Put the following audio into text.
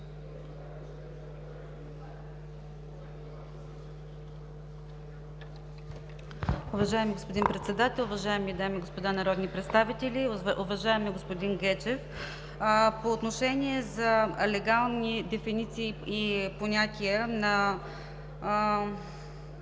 Уважаеми господин Председател, уважаеми дами и господа народни представители, уважаеми господин Гечев! По отношение на легални дефиниции и понятия за